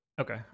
Okay